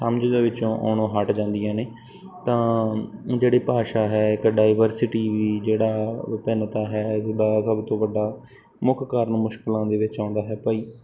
ਸਮਝ ਦੇ ਵਿੱਚੋਂ ਆਉਣੋਂ ਹਟ ਜਾਂਦੀਆਂ ਨੇ ਤਾਂ ਜਿਹੜੀ ਭਾਸ਼ਾ ਹੈ ਇੱਕ ਡਾਈਵਰਸਿਟੀ ਵੀ ਜਿਹੜਾ ਵਿਭਿੰਨਤਾ ਹੈ ਇਸ ਦਾ ਸਭ ਤੋਂ ਵੱਡਾ ਮੁੱਖ ਕਾਰਨ ਮੁਸ਼ਕਲਾਂ ਦੇ ਵਿੱਚ ਆਉਂਦਾ ਹੈ ਭਾਈ